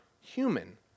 human